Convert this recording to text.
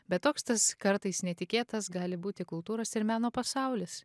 bet toks tas kartais netikėtas gali būti kultūros ir meno pasaulis